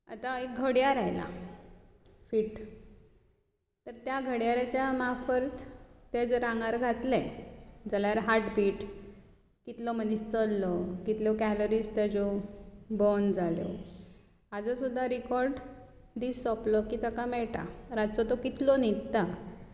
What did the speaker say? आतां एक घडयाळ आयल्या त्या घडयाळीच्या मार्फत तें जर आंगार घातलें जाल्यार हार्टबीट कितलो मनीस चल्लो कितल्यो कॅलोरीज ताच्यो बर्न जाल्यो हाचो सुद्दा रिकॉर्ड दीस सोंपलो की ताका मेळटा रातचो तो कितलो न्हिदता